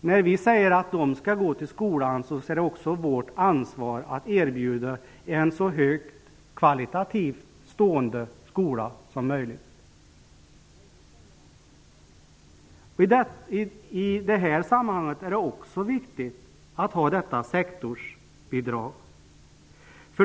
När vi säger att de skall gå till skolan är det också vårt ansvar att erbjuda en så kvalitativt högt stående skola som möjligt. I det här sammanhanget är det också viktigt att ha sektorsbidrag.